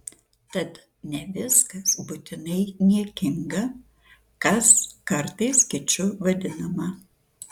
tad ne viskas būtinai niekinga kas kartais kiču vadinama